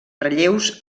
relleus